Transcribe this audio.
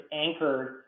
anchored